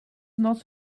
not